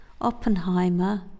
Oppenheimer